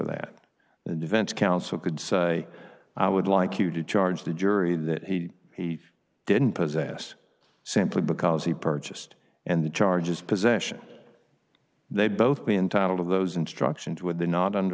that the defense counsel could say i would like you to charge the jury that he he didn't possess simply because he purchased and the charge is possession they both be entitled of those instructions would they not under